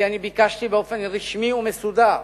כי אני ביקשתי באופן רשמי ומסודר